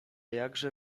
jakże